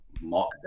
mock